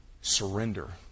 surrender